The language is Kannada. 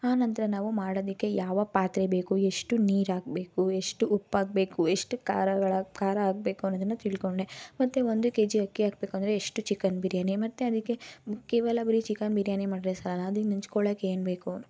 ಆನಂತರ ನಾವು ಮಾಡೋದಕ್ಕೆ ಯಾವ ಪಾತ್ರೆ ಬೇಕು ಎಷ್ಟು ನೀರು ಹಾಕಬೇಕು ಎಷ್ಟು ಉಪ್ಪು ಹಾಕಬೇಕು ಎಷ್ಟು ಖಾರಗಳ ಖಾರ ಹಾಕಬೇಕು ಅನ್ನೋದನ್ನು ತಿಳ್ಕೊಂಡೆ ಮತ್ತು ಒಂದು ಕೆ ಜಿ ಅಕ್ಕಿ ಹಾಕಬೇಕು ಅಂದರೆ ಎಷ್ಟು ಚಿಕನ್ ಬಿರಿಯಾನಿ ಮತ್ತು ಅದಕ್ಕೆ ಕೇವಲ ಬರೀ ಚಿಕನ್ ಬಿರಿಯಾನಿ ಮಾಡ್ದ್ರೆ ಸಾಲೋಲ್ಲ ಅದನ್ನ ನೆಂಚ್ಕೊಳ್ಳೋಕ್ಕೆ ಏನು ಬೇಕು